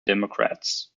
democrats